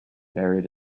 buried